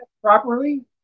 properly